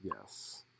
Yes